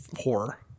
horror